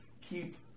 Keep